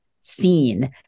seen